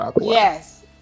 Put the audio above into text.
Yes